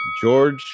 George